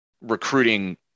recruiting